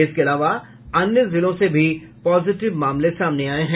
इसके अलावा अन्य जिलों से भी पॉजिटिव मामले सामने आये हैं